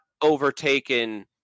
overtaken